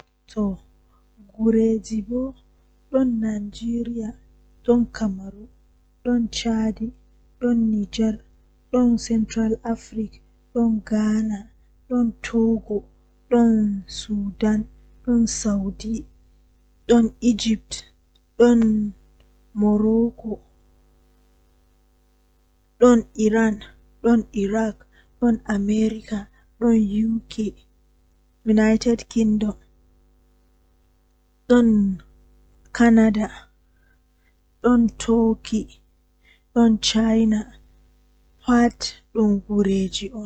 Haa sare mi woni woodi windooji guda tati haa palo man woodi gotel haa nder suudu to ahawri fuu majum nangan windooji gudaa joye.